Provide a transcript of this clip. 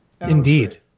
Indeed